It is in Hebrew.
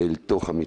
אל תוך המתחם.